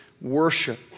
worship